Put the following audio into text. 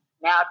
now